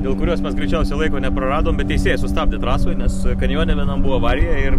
dėl kurios mes greičiausiai laiko nepraradom bet teisėjai sustabdė trasoj nes kanjone vienam buvo avarija ir